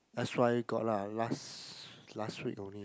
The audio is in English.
that's why got lah last last week only